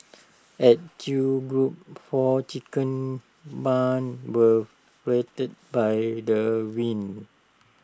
at chew's group four chicken barns were flattened by the winds